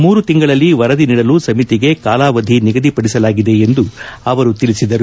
ಮೂರು ತಿಂಗಳಲ್ಲಿ ವರದಿ ನೀಡಲು ಸಮಿತಿಗೆ ಕಾಲಾವಧಿ ನಿಗದಿಪಡಿಸಲಾಗಿದೆ ಎಂದು ಅವರು ತಿಳಿಬಿದರು